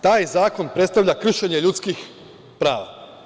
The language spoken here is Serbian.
Taj zakon predstavlja kršenje ljudskih prava“